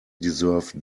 deserve